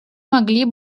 могли